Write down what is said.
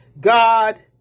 God